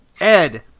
Ed